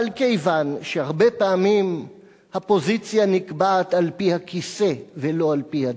אבל כיוון שהרבה פעמים הפוזיציה נקבעת על-פי הכיסא ולא על-פי הדעה,